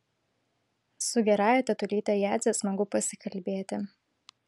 su gerąja tetulyte jadze smagu pasikalbėti